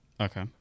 Okay